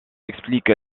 explique